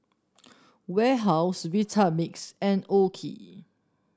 Warehouse Vitamix and OKI